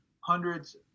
hundreds